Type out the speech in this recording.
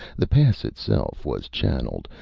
the pass itself was channeled,